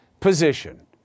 position